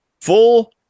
full